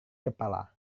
kepala